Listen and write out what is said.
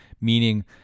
meaning